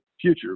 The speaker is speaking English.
future